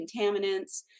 contaminants